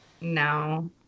no